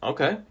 Okay